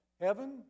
heaven